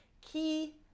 Key